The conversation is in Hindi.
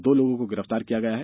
दो लोगों को गिरफ्तार किया गया है